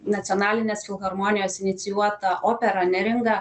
nacionalinės filharmonijos inicijuota opera neringa